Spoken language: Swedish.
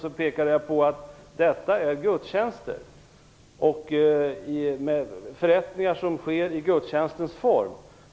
Jag påpekade då att detta är gudstjänster, förrättningar som sker i gudstjänstens form.